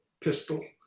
pistol